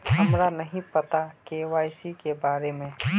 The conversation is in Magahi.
हमरा नहीं पता के.वाई.सी के बारे में?